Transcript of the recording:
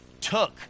took